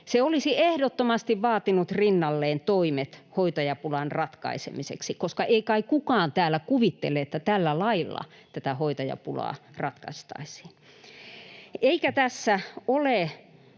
Se olisi ehdottomasti vaatinut rinnalleen toimet hoitajapulan ratkaisemiseksi, koska ei kai kukaan täällä kuvittele, että tällä lailla tätä hoitajapulaa ratkaistaisiin. [Arja Juvonen: